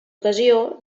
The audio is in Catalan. ocasió